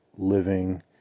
living